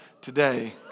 today